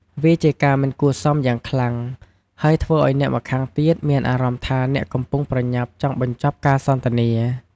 វាជាការមិនគួរសមយ៉ាងខ្លាំង ហើយធ្វើឲ្យអ្នកម្ខាងទៀតមានអារម្មណ៍ថាអ្នកកំពុងប្រញាប់ចង់បញ្ចប់ការសន្ទនា។